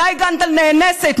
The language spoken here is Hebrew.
מתי הגנת על נאנסת?